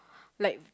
like